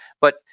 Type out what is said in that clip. But-